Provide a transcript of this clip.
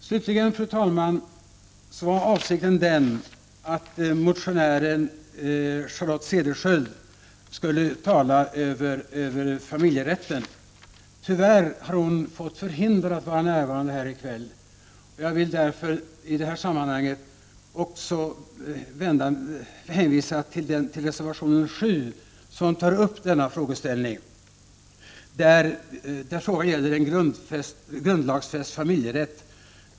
Slutligen, fru talman, var avsikten att motionären Charlotte Cederschiöld skulle tala om familjerätten. Hon är tyvärr förhindrad att närvara här i kväll. Jag vill därför i detta sammanhang hänvisa till reservation 7 som gäller en grundlagsfäst familjerätt.